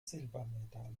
silbermedaille